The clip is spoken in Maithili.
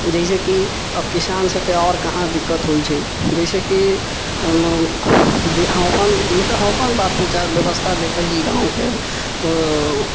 जैसेकि किसान सबके आओर कहाँ दिक्कत होइ छै जैसेकि हम मतलब अपन बात विचार व्यवस्था देखै छी गाँवके तऽ